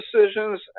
decisions